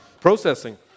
processing